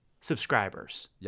subscribers